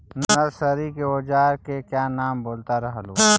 Nursery के ओजार के क्या नाम बोलत रहलू?